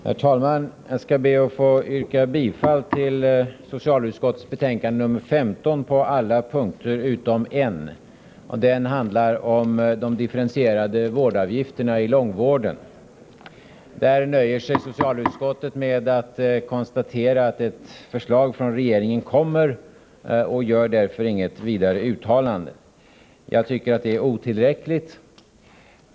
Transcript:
Herr talman! Jag skall be att få yrka bifall till socialutskottets hemställan på alla punkter utom en. Den handlar om de differentierade vårdavgifterna i långvården. Där nöjer sig socialutskottet med att konstatera att det kommer ett förslag från regeringen och gör därför inget vidare uttalande. Jag tycker att det är otillräckligt.